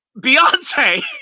Beyonce